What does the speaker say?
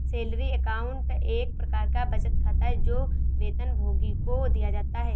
salary account एक प्रकार का बचत खाता है, जो वेतनभोगी को दिया जाता है